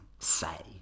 say